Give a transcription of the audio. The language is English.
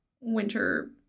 winter